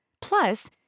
Plus